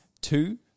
two